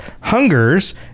Hungers